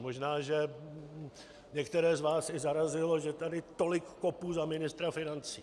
Možná že některé z vás i zarazilo, že tady tolik kopu za ministra financí.